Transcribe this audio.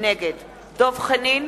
נגד דב חנין,